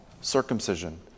circumcision